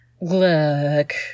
look